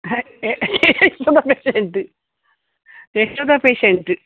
Yashoda patient Yashoda patient